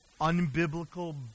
unbiblical